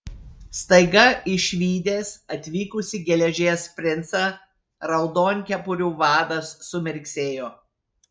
staiga išvydęs atvykusį geležies princą raudonkepurių vadas sumirksėjo